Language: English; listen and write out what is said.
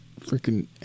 freaking